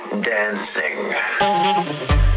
dancing